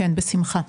כן, בשמחה.